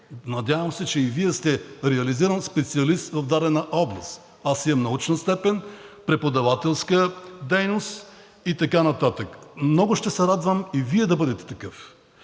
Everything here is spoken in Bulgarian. Надявам се, че и Вие сте реализиран специалист в дадена област. Аз имам научна степен, преподавателска дейност и така нататък. Много ще се радвам и Вие да бъдете такъв.